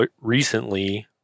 recently